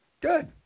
Good